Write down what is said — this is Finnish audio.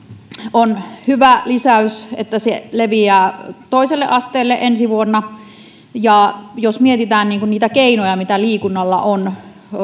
on hyvä lisäys että ohjelma leviää toiselle asteelle ensi vuonna jos mietitään niitä keinoja mitä liikunnalla on